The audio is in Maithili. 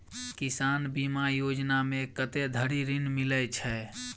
किसान बीमा योजना मे कत्ते धरि ऋण मिलय छै?